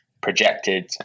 projected